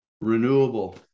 renewable